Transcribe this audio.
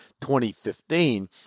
2015